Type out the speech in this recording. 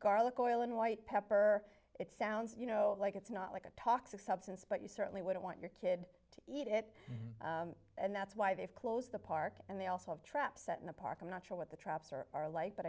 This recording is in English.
garlic oil and white pepper it sounds you know like it's not like a toxic substance but you certainly wouldn't want your kid to eat it and that's why they've closed the park and they also have traps set in the park i'm not sure what the traps are are like but